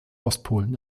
ostpolen